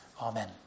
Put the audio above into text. Amen